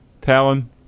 Talon